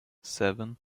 seven